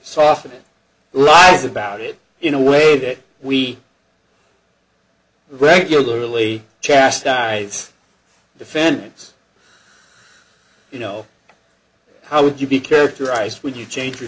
soften it lies about it in a way that we regularly chastise defendants you know how would you be characterized would you change your